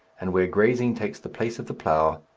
and where grazing takes the place of the plough,